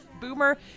Boomer